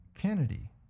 Kennedy